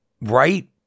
right